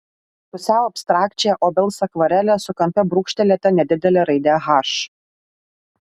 pusiau abstrakčią obels akvarelę su kampe brūkštelėta nedidele raide h